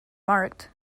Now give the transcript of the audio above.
marked